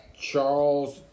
Charles